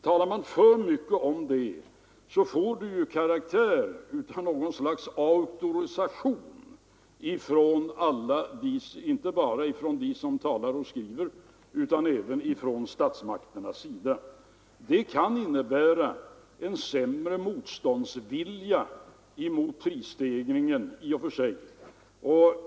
Talar man för mycket om en sådan prishöjning ger den intryck av att ha något slags auktorisation, inte bara från dem som talar och skriver utan även från statsmakternas sida. Det kan innebära en sämre motståndsvilja mot prisstegringen i och för sig.